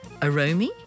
Aromi